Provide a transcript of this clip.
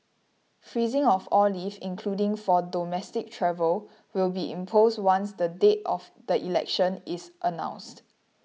freezing of all leave including for domestic travel will be imposed once the date of the election is announced